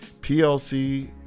PLC